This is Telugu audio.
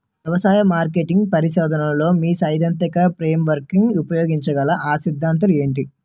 వ్యవసాయ మార్కెటింగ్ పరిశోధనలో మీ సైదాంతిక ఫ్రేమ్వర్క్ ఉపయోగించగల అ సిద్ధాంతాలు ఏంటి?